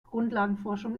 grundlagenforschung